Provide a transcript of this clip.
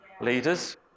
leaders